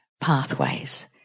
pathways